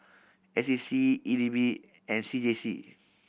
S A C E D B and C J C